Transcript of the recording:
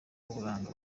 w’uburanga